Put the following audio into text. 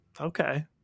okay